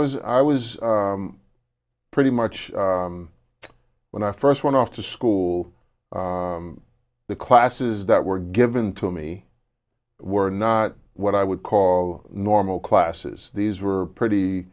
was i was pretty much when i first went off to school the classes that were given to me were not what i would call normal classes these were pretty